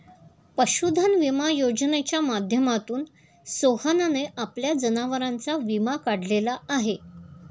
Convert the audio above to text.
पशुधन विमा योजनेच्या माध्यमातून सोहनने आपल्या जनावरांचा विमा काढलेला आहे